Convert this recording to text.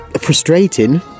frustrating